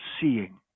seeing